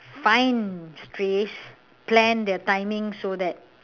find strays plan their timing so that